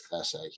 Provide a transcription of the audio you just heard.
essay